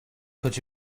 could